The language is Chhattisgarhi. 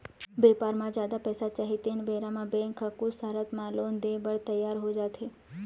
बेपार बर जादा पइसा चाही तेन बेरा म बेंक ह कुछ सरत म लोन देय बर तियार हो जाथे